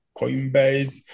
Coinbase